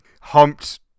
humped